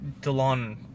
DeLon